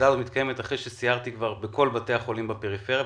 הדיון הזה מתקיים אחרי שסיירתי בכל בתי החולים בפריפריה.